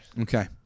okay